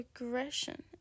aggression